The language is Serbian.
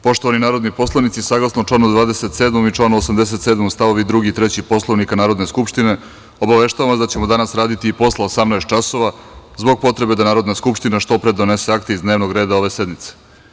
Poštovani narodni poslanici, saglasno članu 27. i članu 87. stavovi 2. i 3. Poslovnika Narodne skupštine, obaveštavam vas da ćemo danas raditi i posle 18 časova, zbog potrebe da Narodna skupština što pre donese akte iz dnevnog reda ove sednice.